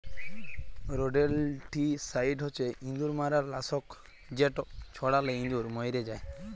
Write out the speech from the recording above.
rodenticide হছে ইঁদুর মারার লাসক যেট ছড়ালে ইঁদুর মইরে যায়